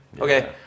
Okay